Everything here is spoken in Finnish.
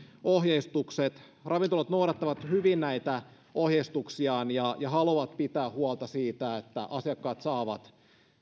ohjeistukset ravintolat noudattavat hyvin näitä ohjeistuksiaan ja ja haluavat pitää huolta siitä että asiakkaat saavat